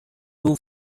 two